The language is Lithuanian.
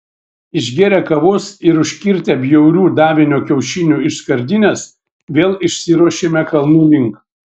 išgėrę kavos ir užkirtę bjaurių davinio kiaušinių iš skardinės vėl išsiruošėme kalnų link